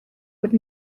would